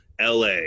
LA